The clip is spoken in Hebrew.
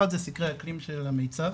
אחד זה סקרי האקלים של המיצב